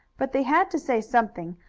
but they had to say something,